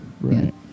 Right